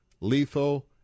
lethal